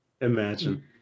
Imagine